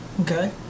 Okay